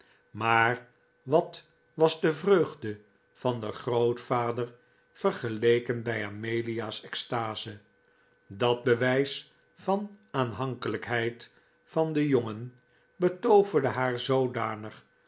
maar wat was de vreugde van den grootvader vergeleken bij amelia's extase dat bewijs van de aanhankelijkheid van den jongen betooverde haar zoodanig